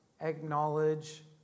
Acknowledge